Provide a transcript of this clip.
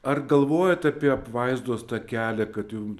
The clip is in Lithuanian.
ar galvojat apie apvaizdos takelį kad jum